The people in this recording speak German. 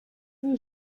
sie